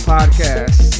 Podcast